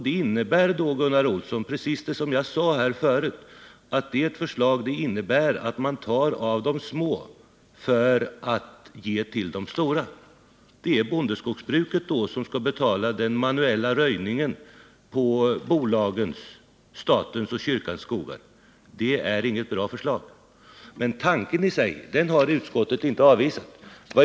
Det betyder, som jag sade tidigare, att det socialdemokratiska förslaget innebär att man tar från de små för att ge till de stora. Det är bondeskogsbruket som får betala den manuella röjningen på bolagens, statens och kyrkans skogar. Det är inget bra förslag. Men tanken som sådan har utskottet inte avvisat.